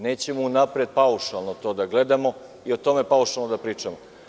Nećemo unapred paušalno to da gledamo i o tome paušalno da pričamo.